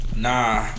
Nah